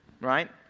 right